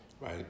Right